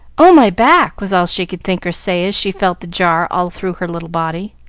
oh, my back! was all she could think or say as she felt the jar all through her little body,